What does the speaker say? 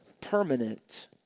permanent